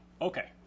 Okay